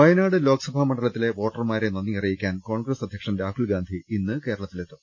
വയനാട് ലോക്സഭാ മണ്ഡലത്തിലെ വോട്ടർമാരെ നന്ദി അറിയി ക്കാൻ കോൺഗ്രസ് അധ്യക്ഷൻ രാഹുൽ ഗാന്ധി ഇന്ന് കേരളത്തി ലെത്തും